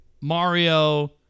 Mario